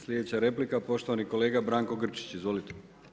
Sljedeća replika poštovani kolega Branko Grčić, izvolite.